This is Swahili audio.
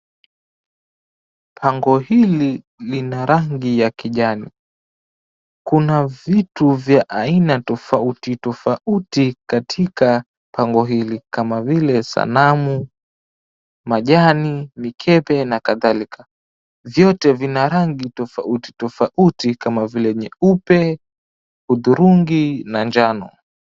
Pango hili lina rangi ya kijani. Kuna vitu vya aina tofauti tofauti katika pango hili kama vile sanamu, majani, mikebe na kadhalika. Vyote vina rangi tofauti tofauti kama vile nyeupe, hudhurungi na njano.